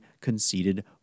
conceded